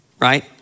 right